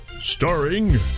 starring